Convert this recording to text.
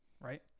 right